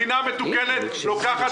מדינה מתוקנת לוקחת